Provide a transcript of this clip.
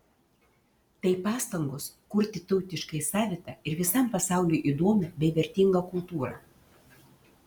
tai pastangos kurti tautiškai savitą ir visam pasauliui įdomią bei vertingą kultūrą